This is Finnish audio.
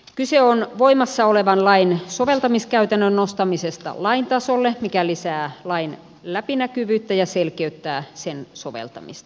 kyse on voimassa olevan lain soveltamiskäytännön nostamisesta lain tasolle mikä lisää lain läpinäkyvyyttä ja selkeyttää sen soveltamista